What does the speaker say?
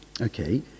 Okay